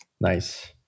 Nice